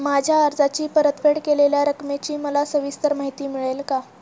माझ्या कर्जाची परतफेड केलेल्या रकमेची मला सविस्तर माहिती मिळेल का?